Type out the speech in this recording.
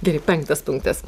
gerai penktas punktas